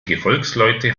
gefolgsleute